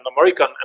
American